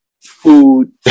food